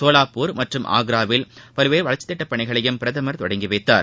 சோலாப்பூர் மற்றும் ஆக்ராவில் பல்வேறு வளர்ச்சித்திட்டபணிகளையும் பிரதமர் தொடங்கி வைத்தார்